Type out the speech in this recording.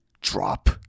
Drop